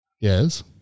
Yes